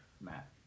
Matt